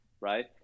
right